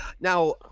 Now